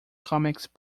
comics